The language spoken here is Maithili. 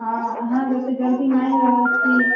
हँ अहाँ जतेक जल्दी माँगि रहल छी